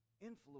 Influence